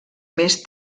més